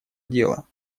дела